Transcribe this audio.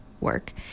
work